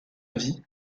vie